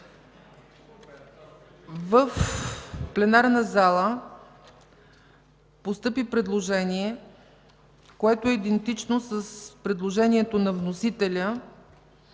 В пленарната зала постъпи предложение, което е идентично с предложението на вносителя,